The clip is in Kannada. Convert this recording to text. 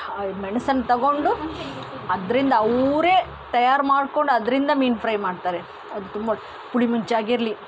ಅವ್ರು ಮೆಣಸನ್ನು ತೊಗೊಂಡು ಅದರಿಂದ ಅವರೇ ತಯಾರು ಮಾಡ್ಕೊಂಡು ಅದರಿಂದ ಮೀನು ಫ್ರೈ ಮಾಡ್ತಾರೆ ಅದು ತುಂಬ ಪುಳಿಮುಂಚಿಯಾಗಿರಲಿ